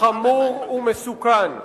חמור ומסוכן.